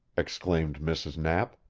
exclaimed mrs. knapp.